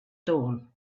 dawn